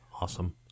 Awesome